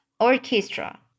Orchestra